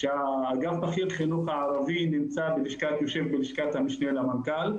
אגף בכיר חינוך ערבי יושב בלשכת המשנה למנכ"ל,